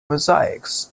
mosaics